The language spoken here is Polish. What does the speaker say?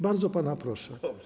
Bardzo pana proszę.